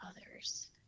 Others